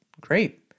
great